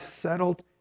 settled